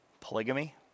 polygamy